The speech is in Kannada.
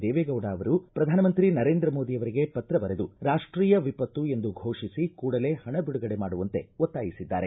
ದೇವೇಗೌಡ ಅವರು ಪ್ರಧಾನಮಂತ್ರಿ ನರೇಂದ್ರ ಮೋದಿ ಅವರಿಗೆ ಪತ್ರ ಬರೆದು ರಾಷ್ಟೀಯ ವಿಪತ್ತು ಎಂದು ಘೋಷಿಸಿ ಕೂಡಲೇ ಹಣ ಬಿಡುಗಡೆ ಮಾಡುವಂತೆ ಒತ್ತಾಯಿಸಿದ್ದಾರೆ